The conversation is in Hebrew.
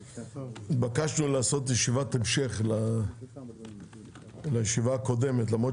התבקשנו לעשות ישיבת המשך לישיבה הקודמת למרות